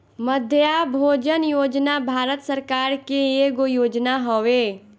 मध्याह्न भोजन योजना भारत सरकार के एगो योजना हवे